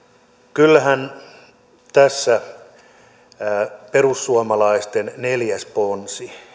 kyllähän tässä perussuomalaisten neljäs ponsi